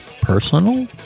personal